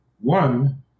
One